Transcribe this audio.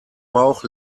bauch